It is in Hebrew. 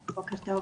בוקר טוב,